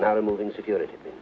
not a moving security